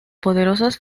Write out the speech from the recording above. poderosas